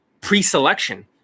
pre-selection